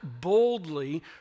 boldly